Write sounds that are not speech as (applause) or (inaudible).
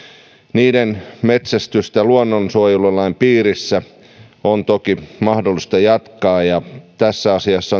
niiden metsästystä luonnonsuojelulain piirissä on toki mahdollista jatkaa tässä asiassa (unintelligible)